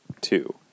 Two